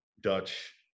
Dutch